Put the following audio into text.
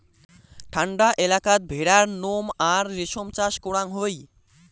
ঠান্ডা এলাকাত ভেড়ার নোম আর রেশম চাষ করাং হই